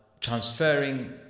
transferring